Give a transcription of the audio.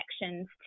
connections